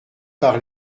par